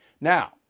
Now